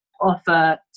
offer